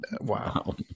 Wow